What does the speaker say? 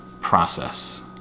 process